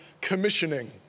Commissioning